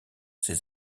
ces